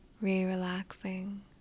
re-relaxing